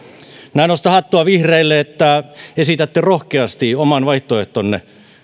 minä nostan hattua vihreille että esitätte rohkeasti oman vaihtoehtonne